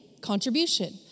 contribution